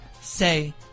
say